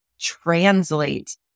translate